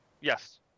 Yes